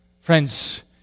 Friends